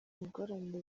ingorane